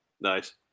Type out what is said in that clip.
Nice